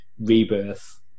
rebirth